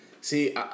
see